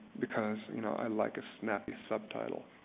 because you know i like a snappy subtitle.